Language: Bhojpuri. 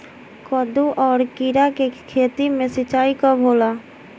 कदु और किरा के खेती में सिंचाई कब होला?